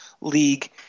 league